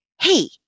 hey